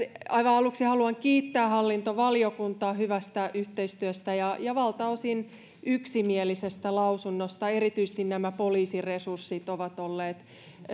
aivan aluksi haluan kiittää hallintovaliokuntaa hyvästä yhteistyöstä ja ja valtaosin yksimielisestä lausunnosta erityisesti nämä poliisin resurssit ovat olleet